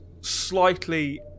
slightly